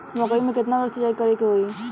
मकई में केतना बार सिंचाई करे के होई?